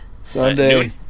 Sunday